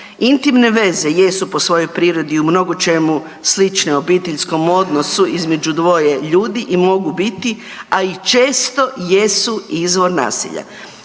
Intimne veze jesu po svojoj prirodi u mnogočemu slične obiteljskom odnosu između dvoje ljudi i mogu biti, a i često jesu izvor nasilja.